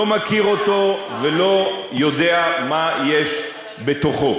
לא מכיר אותו ולא יודע מה יש בתוכו.